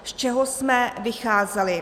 Z čeho jsme vycházeli.